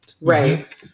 right